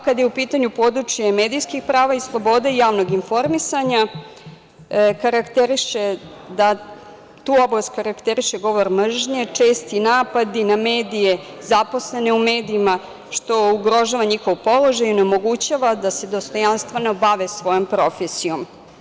Kada je u pitanju područje medijskih prava i sloboda i javnog informisanja, tu oblast karakteriše govor mržnje, česti napadi na medije, zaposlene u medijima, što ugrožava njihov položaj i onemogućava da se dostojanstveno bave svojom profesijom.